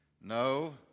No